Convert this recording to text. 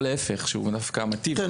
או להפך, שהוא דווקא מיטיב.